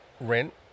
rent